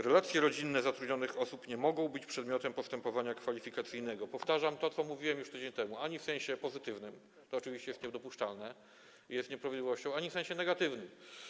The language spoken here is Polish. Relacje rodzinne zatrudnianych osób nie mogą być przedmiotem postępowania kwalifikacyjnego - powtarzam to, co mówiłem już tydzień temu - ani w sensie pozytywnym, to oczywiście jest niedopuszczalne i jest nieprawidłowością, ani w sensie negatywnym.